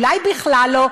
אולי בכלל לא,